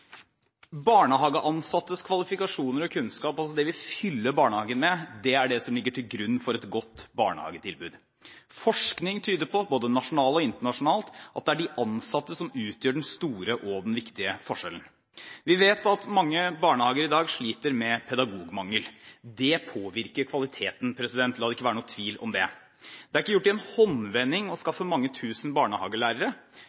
Barnehageansattes kvalifikasjoner og kunnskap – altså det vi fyller barnehagen med – er det som ligger til grunn for et godt barnehagetilbud. Både nasjonal og internasjonal forskning tyder på at det er de ansatte som utgjør den store og den viktige forskjellen. Vi vet at mange barnehager i dag sliter med pedagogmangel. Det påvirker kvaliteten – la det ikke være noen tvil om det. Det er ikke gjort i en håndvending å